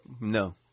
No